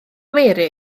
mary